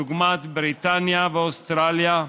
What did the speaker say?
דוגמת בריטניה ואוסטרליה.